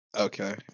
Okay